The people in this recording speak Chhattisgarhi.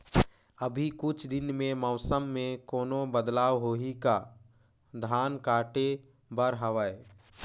अभी कुछ दिन मे मौसम मे कोनो बदलाव होही का? धान काटे बर हवय?